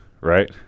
right